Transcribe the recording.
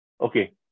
okay